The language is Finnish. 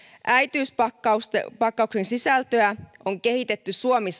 äitiyspakkauksen sisältöä on kehitetty suomi